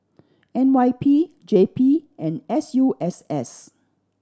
N Y P J P and S U S S